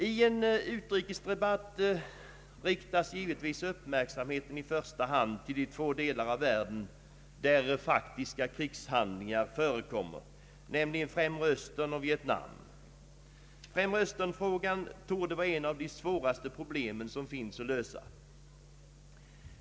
I en utrikesdebatt riktas givetvis uppmärksamheten i första hand till de två delar av världen där faktiska krigshandlingar förekommer, nämligen Främre Östern och Vietnam. Främre Östern-frågan torde vara ett av de svåraste problem som finns att lösa.